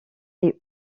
est